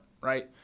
right